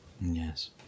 Yes